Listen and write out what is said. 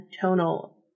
tonal